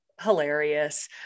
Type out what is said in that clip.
hilarious